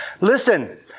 listen